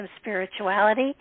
Spirituality